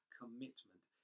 commitment